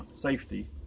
safety